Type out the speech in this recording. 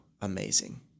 amazing